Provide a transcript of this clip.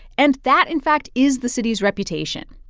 and that, in fact, is the city's reputation.